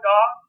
God